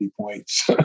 points